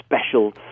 special